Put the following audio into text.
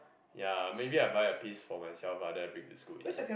ya maybe I buy a piece for myself lah then I bring to school and eat